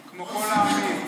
כמו כל העמים,